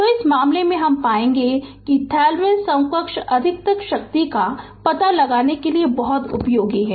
तो इस मामले में पाएंगे पाएंगे कि थेवेनिन समकक्ष अधिकतम शक्ति का पता लगाने में बहुत उपयोगी है